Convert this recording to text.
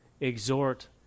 exhort